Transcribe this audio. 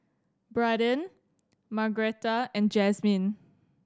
Braden Margretta and Jazmyn